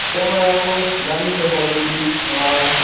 क्यामेराको दामी छ क्वालिटी